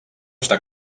està